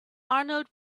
arnold